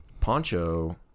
Poncho